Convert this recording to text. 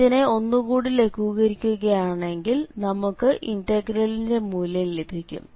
ഇതിനെ ഒന്നുകൂടി ലഘൂകരിക്കുകയാണെങ്കിൽ നമുക്ക് ഇന്റഗ്രലിന്റെ മൂല്യം ലഭിക്കും